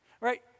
right